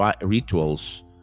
rituals